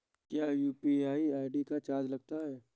क्या UPI ID का charge लगता है?